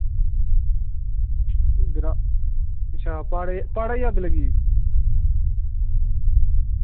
अच्छा ओह् प्हाड़े ई अग्ग लग्गी दी